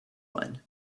one